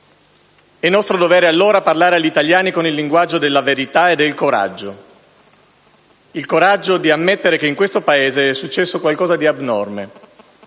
È nostro dovere, allora, parlare agli italiani con il linguaggio della verità e del coraggio; il coraggio di ammettere che in questo Paese è successo qualcosa di abnorme;